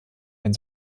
ein